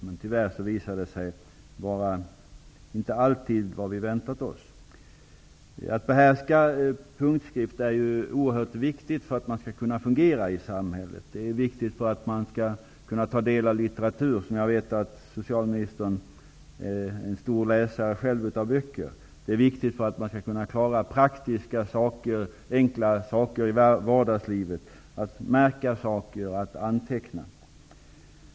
Men tyvärr visar det sig inte alltid vara vad vi väntat oss. Punktskrift är oerhört viktigt för att synskadade skall kunna fungera i samhället. Det är viktigt för att de skall kunna ta del av litteratur -- jag vet att socialministern själv är en stor läsare av böcker -- och för att de skall klara av praktiska, enkla uppgifter i vardagslivet, t.ex. att märka saker och att anteckna.